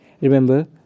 Remember